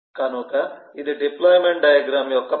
కనుక ఇది deployment diagram యొక్క పని